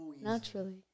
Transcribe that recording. naturally